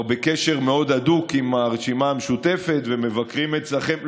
בקשר מאוד הדוק עם הרשימה המשותפת ומבקרים אצלכם,